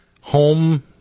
home